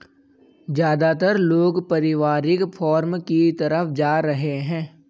ज्यादातर लोग पारिवारिक फॉर्म की तरफ जा रहै है